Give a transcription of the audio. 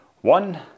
one